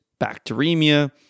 bacteremia